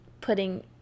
putting